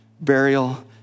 burial